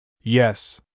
Yes